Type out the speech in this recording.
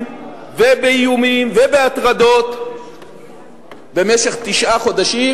ובאיומים ובהטרדות במשך תשעה חודשים,